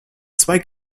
zwei